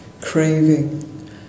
craving